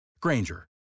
Granger